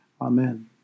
Amen